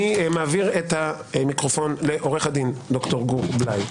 אני מעביר את המיקרופון לעורך הדין ד"ר גור בליי,